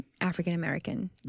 African-American